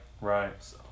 right